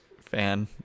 fan